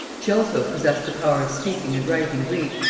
she also possessed the power of speaking and writing greek,